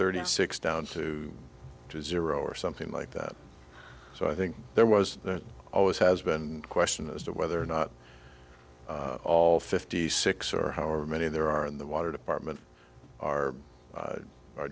thirty six down to zero or something like that so i think there was always has been a question as to whether or not all fifty six or however many there are in the water department are